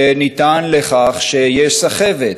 שטען שיש סחבת.